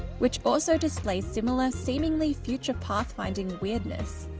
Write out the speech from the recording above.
which also display similar seemingly future pathfinding weirdness.